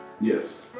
Yes